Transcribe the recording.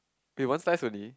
wait one slice only